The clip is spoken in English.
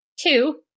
Two